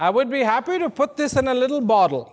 i would be happy to put this in a little bottle